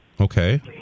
Okay